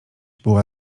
była